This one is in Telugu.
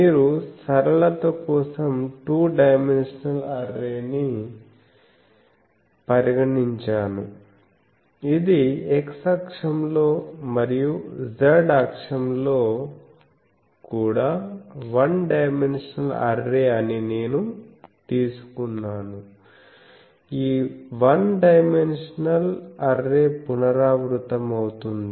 మీరు సరళత కోసం టూ డైమెన్షనల్ అర్రేని పరిగణించాను ఇది x అక్షంలో మరియు z అక్షంలో కూడా వన్ డైమెన్షనల్ అర్రే అని నేను తీసుకున్నాను ఈ వన్ డైమెన్షనల్ అర్రే పునరావృతమవుతుంది